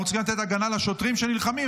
אנחנו צריכים לתת הגנה לשוטרים שנלחמים,